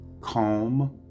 calm